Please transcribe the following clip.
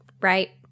right